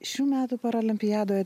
šių metų paralimpiadoj